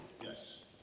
Yes